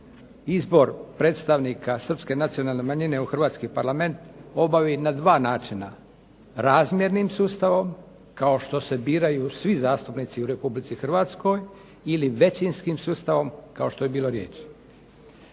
izbor predstavnika srpske nacionalne manjine u Hrvatski parlament obavi na 2 načina: razmjernim sustavom, kao što se biraju svi zastupnici u RH ili većinskim sustavom kao što je bilo riječ.